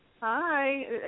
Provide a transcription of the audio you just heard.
Hi